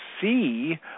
see